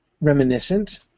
reminiscent